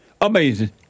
Amazing